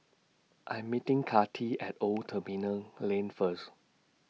I'm meeting Kathi At Old Terminal Lane First